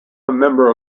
member